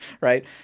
right